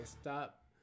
Stop